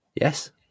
yes